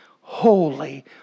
holy